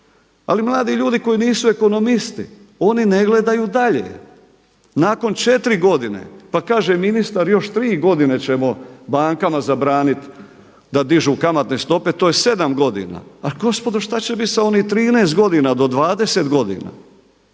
ali mladi ljudi koji nisu ekonomisti oni ne gledaju dalje. Nakon četiri godine, pa kaže ministar još tri godine ćemo bankama zabranit da dižu kamatne stope to je sedam godina. A gospodo šta će biti sa onih 13 godina do 20 godina,